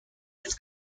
its